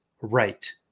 right